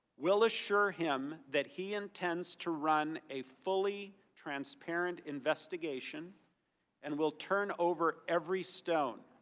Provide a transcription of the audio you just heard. will assure him that he intends to run a fully transparent investigation and will turn over every stone.